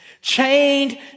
chained